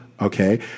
Okay